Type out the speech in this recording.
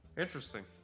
interesting